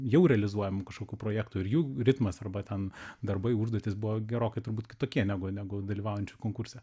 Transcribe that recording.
jau realizuojamų kažkokių projektų ir jų ritmas arba ten darbai užduotys buvo gerokai turbūt kitokie negu negu dalyvaujančių konkurse